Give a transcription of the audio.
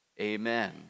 Amen